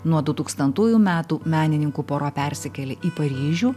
nuo dutūkstantųjų metų menininkų pora persikėlė į paryžių